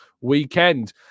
weekend